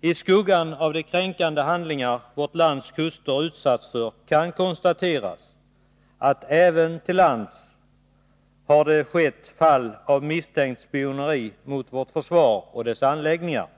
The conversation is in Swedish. I skuggan av de kränkande handlingar som vårt lands kuster har utsatts för, kan konstateras att det även till lands har funnits fall av misstänkt spioneri mot vårt försvar och dess anläggningar.